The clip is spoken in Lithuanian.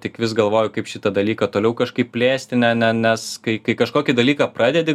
tik vis galvoju kaip šitą dalyką toliau kažkaip plėsti ne ne nes kai kai kažkokį dalyką pradedi